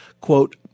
Quote